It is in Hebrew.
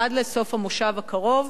עד לסוף המושב הקרוב,